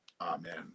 Amen